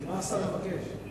מה השר מבקש?